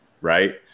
Right